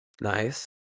Nice